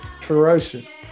ferocious